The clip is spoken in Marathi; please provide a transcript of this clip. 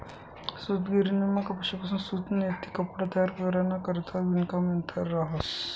सूतगिरणीमा कपाशीपासून सूत नैते कपडा तयार कराना करता विणकाम यंत्र रहास